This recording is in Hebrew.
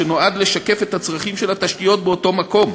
שנועד לשקף את הצרכים של התשתיות באותו מקום.